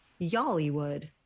Yollywood